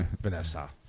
Vanessa